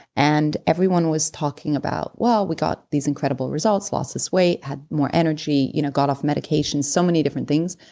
and everyone was talking about well we got these incredible results, lost this weight, had more energy, you know got off medication, so many different things,